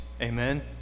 Amen